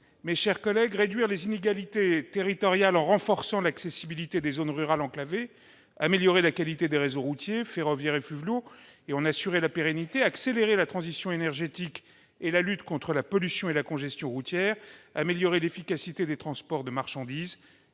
cet après-midi ! Réduire les inégalités territoriales en renforçant l'accessibilité des zones rurales enclavées, améliorer la qualité des réseaux routiers, ferroviaires et fluviaux et en assurer la pérennité, accélérer la transition énergétique et la lutte contre la pollution et la congestion routière, accroître l'efficacité des transports de marchandises